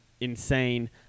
insane